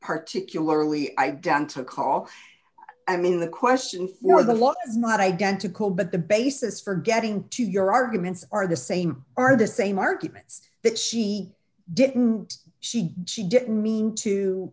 particularly i down to call i mean the question for the law is not identical but the basis for getting to your arguments are the same are the same arguments but she didn't she she didn't mean to